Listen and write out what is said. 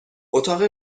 اتاق